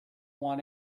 want